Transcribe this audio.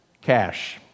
cash